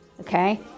Okay